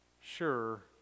sure